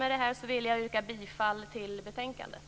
Med det anförda vill jag yrka bifall till hemställan i betänkandet.